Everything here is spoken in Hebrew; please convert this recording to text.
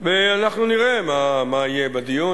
אנחנו נראה מה יהיה בדיון.